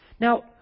Now